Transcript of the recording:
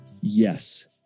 yes